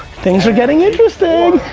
things are getting interesting!